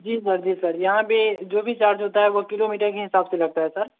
जी sir जी sir यहाँ पर जो भी चार्ज होता है वह किलोमीटर के हिसाब से लगता है सर